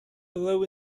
below